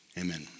amen